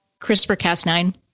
CRISPR-Cas9